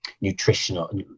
nutritional